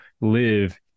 live